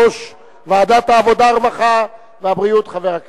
רבותי חברי